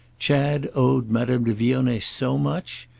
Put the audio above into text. chad owed madame de vionnet so much?